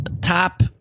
Top